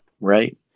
Right